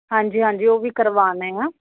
ਹਾਂਜੀ ਹਾਂਜੀ ਉਹ ਵੀ ਕਰਵਾਨੇ ਆ